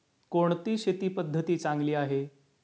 कोणती शेती पद्धती चांगली आहे?